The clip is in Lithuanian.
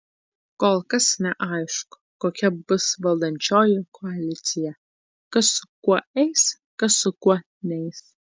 kol kas neaišku kokia bus valdančioji koalicija kas su kuo eis kas su kuo neis